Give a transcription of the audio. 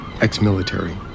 Ex-military